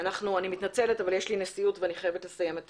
אני מתנצלת אבל יש לי נשיאות ואני חייבת לסיים את